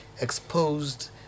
exposed